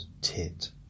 tit